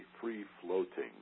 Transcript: free-floating